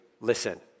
listen